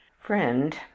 friend